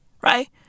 right